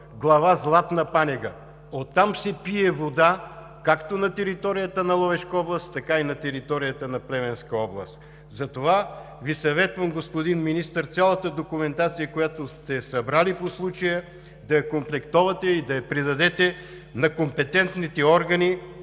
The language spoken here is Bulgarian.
Глава Златна Панега. Оттам се пие вода, както на територията на Ловешка област, така и на територията на Плевенска област, затова Ви съветвам, господин Министър, цялата документация, която сте събрали по случая, да я комплектувате и да я предадете на компетентните органи